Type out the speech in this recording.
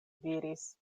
diris